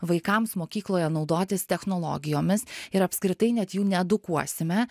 vaikams mokykloje naudotis technologijomis ir apskritai net jų needukuosime